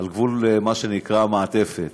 על גבול מה שנקרא המעטפת.